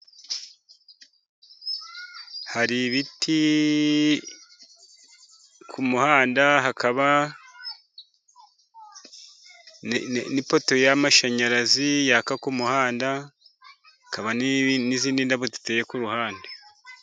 Hari ibiti ku muhanda, hakaba n' ipoto y'amashanyarazi yaka ku muhanda, hakaba n' izindi ndabo ziteye ku ruhande.